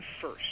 first